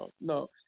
No